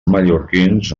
mallorquins